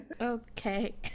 Okay